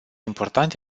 important